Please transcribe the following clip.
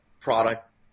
product